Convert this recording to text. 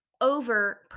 over